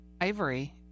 Ivory